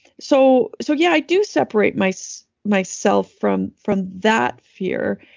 so so, yeah. i do separate myself myself from from that fear.